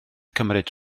cymryd